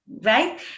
right